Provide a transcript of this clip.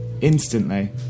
instantly